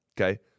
okay